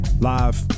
live